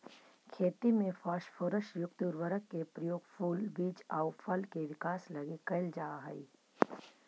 खेती में फास्फोरस युक्त उर्वरक के प्रयोग फूल, बीज आउ फल के विकास लगी कैल जा हइ